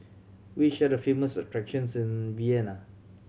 which are the famous attraction Vienna